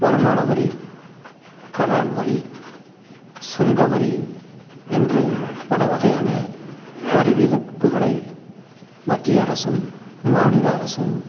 வருமான வரி கலால் வரி சுங்க வரி என்று பல வகையான வரி விதிப்புகளை மத்திய அரசும் மாநில அரசும்